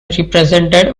represented